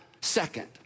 second